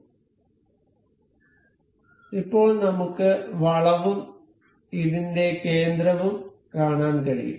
അതിനാൽ ഇപ്പോൾ നമുക്ക് വളവും ഇതിന്റെ കേന്ദ്രവും കാണാൻ കഴിയും